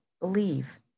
believe